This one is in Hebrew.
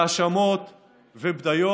האשמות ובדיות.